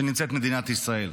שבהם נמצאת מדינת ישראל.